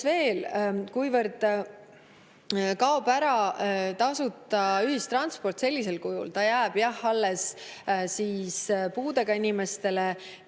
veel? Kuivõrd kaob ära tasuta ühistransport sellisel kujul – ta jääb jah alles puudega inimestele,